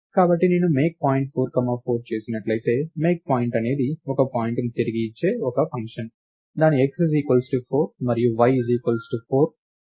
కాబట్టి నేను make point 4 comma 4 చేసినట్లయితే మేక్ పాయింట్ అనేది ఒక పాయింట్ను తిరిగి ఇచ్చే ఒక ఫంక్షన్ దాని x 4 మరియు y 4